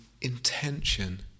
intention